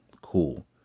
Cool